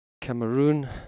Cameroon